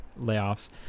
layoffs